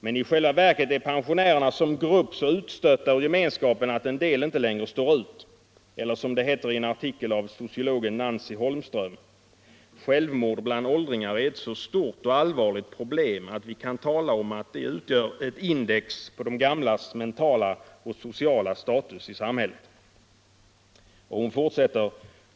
Men i själva verket är pensionärerna som grupp så utstötta ur gemenskapen att en del inte längre står ut — elter som det heter i en artikel av sociologen Nancy Holmström: ”Självmord bland åldringar är ett så stort och allvarligt problem att vi kan tala om att de utgör ett index på de gamlas mentala och sociala status i samhället.